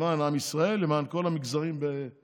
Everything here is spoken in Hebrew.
למען עם ישראל, למען כל המגזרים בישראל.